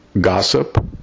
gossip